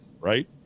Right